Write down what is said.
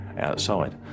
outside